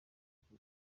ako